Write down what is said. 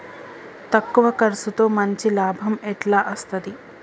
తక్కువ కర్సుతో మంచి లాభం ఎట్ల అస్తది?